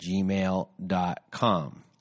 gmail.com